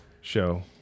show